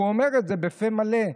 והוא אומר את זה בפה מלא.